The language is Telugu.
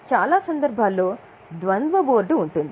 కానీ చాలా సందర్భాల్లో ద్వంద్వ బోర్డు ఉంటుంది